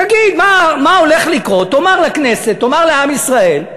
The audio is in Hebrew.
תגיד מה הולך לקרות, תאמר לכנסת, תאמר לעם ישראל,